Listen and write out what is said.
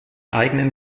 eigenen